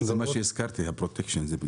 זה מה שהזכרתי, הפרוטקשן.